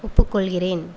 ஒப்புக்கொள்கிறேன்